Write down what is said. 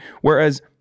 whereas